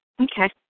Okay